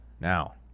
Now